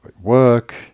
work